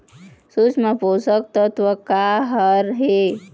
सूक्ष्म पोषक तत्व का हर हे?